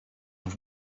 have